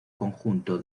conjunto